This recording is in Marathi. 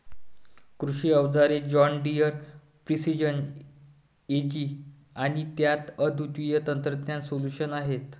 कृषी अवजारे जॉन डियर प्रिसिजन एजी आणि त्यात अद्वितीय तंत्रज्ञान सोल्यूशन्स आहेत